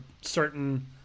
certain